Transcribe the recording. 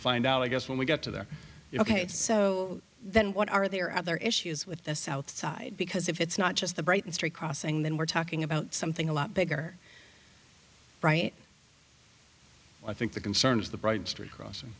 find out i guess when we got to there ok so then what are there other issues with the south side because if it's not just the brighton street crossing then we're talking about something a lot bigger right i think the concern is the broad street cross